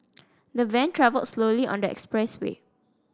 the van travelled slowly on the express way